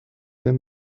were